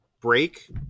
break